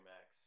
Max